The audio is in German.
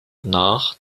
nach